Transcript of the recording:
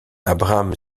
abraham